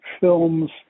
films